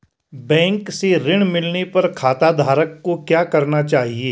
Bank से ऋण मिलने पर खाताधारक को क्या करना चाहिए?